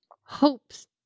hopes